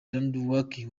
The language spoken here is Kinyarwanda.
lewandowski